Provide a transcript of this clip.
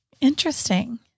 Interesting